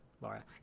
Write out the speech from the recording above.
Laura